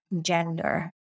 gender